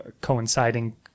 coinciding